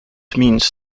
means